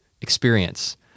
experience